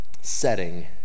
setting